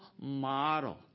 model